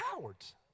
cowards